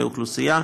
לאוכלוסייה,